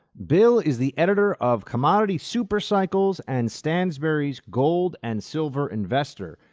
bill is the editor of commodity supercycles and stansberry's gold and silver investor.